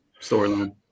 storyline